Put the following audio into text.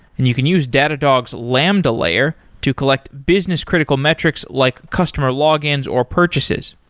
and you can use datadog's lambda layer to collect business critical metrics, like customer logins or purchases.